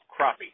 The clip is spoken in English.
crappie